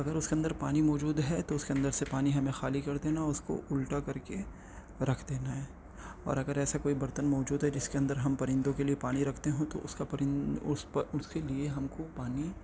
اگر اس کے اندر پانی موجود ہے تو اس کے اندر سے پانی ہمیں خالی کر دینا اور اس کو الٹا کر کے رکھ دینا ہے اور اگر ایسا کوئی برتن موجود ہے جس کے اندر ہم پرندوں کے لیے پانی رکھتے ہوں تو اس کا پرند اس پر اس کے لیے ہم کو پانی